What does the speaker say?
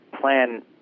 plan